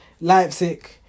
Leipzig